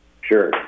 Sure